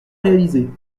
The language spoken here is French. réaliser